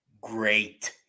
great